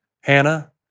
Hannah